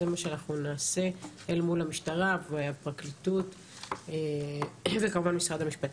זה מה שאנחנו נעשה אל מול המשטרה והפרקליטות וכמובן משרד המשפטים.